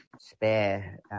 spare